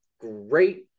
Great